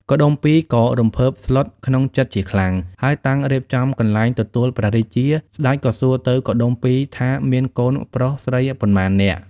កុដុម្ពីក៍ក៏រំភើបស្លុតក្នុងចិត្ដជាខ្លាំង ហើយតាំងរៀបចំកន្លែងទទួលព្រះរាជា ស្ដេចក៏សួរទៅកុដុម្ពីក៍ថាមានកូនប្រុសស្រីប៉ុន្មាននាក់?។